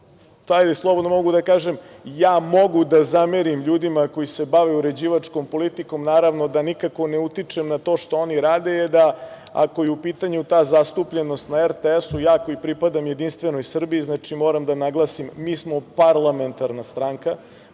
što, slobodno mogu da kažem, mogu da zamerim ljudima koji se bave uređivačkom politikom, naravno da nikako ne utičem na to što oni rade, jeste da ako je u pitanju ta zastupljenost na RTS, ja koji pripadam Jedinstvenoj Srbiji moram da naglasim, mi smo parlamentarna stranka,